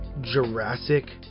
Jurassic